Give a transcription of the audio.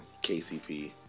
KCP